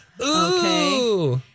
Okay